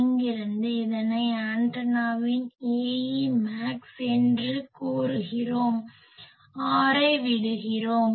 இங்கிருந்து இதனை ஆண்டனாவின் Aemax என்று கூறுகிறோம் r ஐ விடுகிறோம்